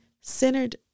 centered